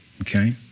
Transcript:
okay